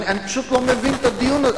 אני פשוט לא מבין את הדיון הזה.